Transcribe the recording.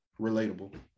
relatable